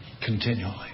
Continually